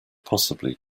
possibly